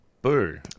Boo